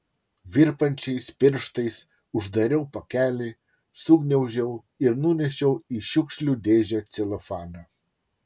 virpančiais pirštais uždariau pakelį sugniaužiau ir nunešiau į šiukšlių dėžę celofaną